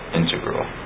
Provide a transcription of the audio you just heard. integral